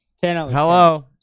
Hello